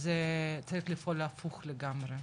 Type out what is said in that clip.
אז צריך לפעול הפוך לגמרי,